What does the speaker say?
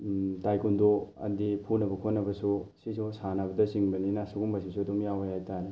taekwondo ꯑꯗꯤ ꯐꯨꯅꯕ ꯈꯣꯠꯅꯕꯁꯨ ꯁꯤꯁꯨ ꯁꯥꯟꯅꯕꯗ ꯆꯤꯡꯕꯅꯤꯅ ꯁꯨꯒꯨꯝꯕꯁꯤꯁꯨ ꯑꯗꯨꯝ ꯌꯥꯎꯋꯦ ꯍꯥꯏꯇꯥꯔꯦ